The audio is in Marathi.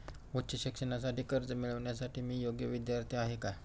उच्च शिक्षणासाठी कर्ज मिळविण्यासाठी मी योग्य विद्यार्थी आहे का?